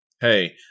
hey